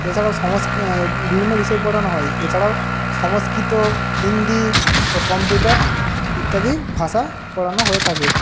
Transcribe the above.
এছাড়াও বিভিন্ন বিষয় পড়ানো হয় এছাড়াও সংস্কৃত হিন্দি ও কম্পিউটার ইত্যাদি ভাষা পড়ানো হয়ে থাকে